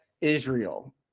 Israel